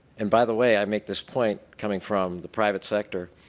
and by the way, i make this point coming from the private sector,